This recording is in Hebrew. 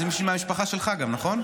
זו מישהי גם מהמשפחה שלך, נכון?